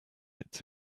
its